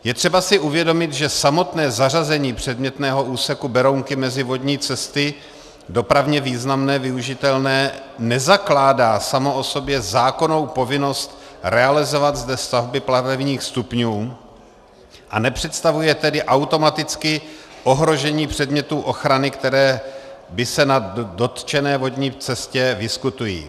Je třeba si uvědomit, že samotné zařazení předmětného úseku Berounky mezi vodní cesty dopravně významné, využitelné, nezakládá samo o sobě zákonnou povinnost realizovat zde stavby plavebních stupňů, a nepředstavuje tedy automaticky ohrožení předmětů ochrany, které se na dotčené vodní cestě vyskytují.